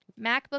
MacBook